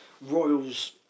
Royals